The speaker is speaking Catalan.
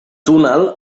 túnel